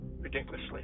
ridiculously